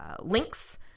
links